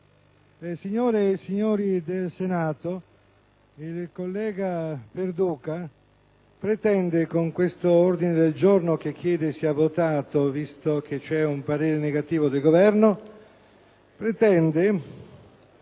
signore e signori del Senato, il collega Perduca pretende con questo ordine del giorno, che chiede sia votato, visto che c'è un parere negativo del Governo, che